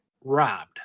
robbed